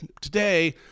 Today